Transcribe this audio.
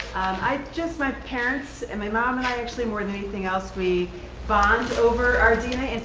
i just my parents and my mom and i actually more than anything else we bond over our dna. and